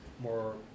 more